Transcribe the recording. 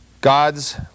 God's